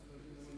חבר הכנסת